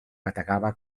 bategava